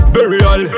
Burial